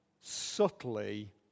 subtly